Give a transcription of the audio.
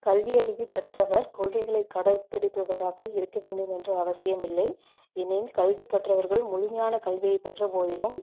கல்வி அறிவு பெற்றவர் கொள்கைகளை கடைப்பிடிப்பவராக இருக்க வேண்டுமென்று அவசியம் இல்லை எனின் கல்வி கற்றவர்கள் முழுமையான கல்வியை பெற்ற போதிலும்